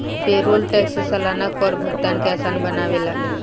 payroll tax सलाना कर भुगतान के आसान बनावेला